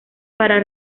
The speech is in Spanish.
para